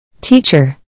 Teacher